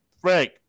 Frank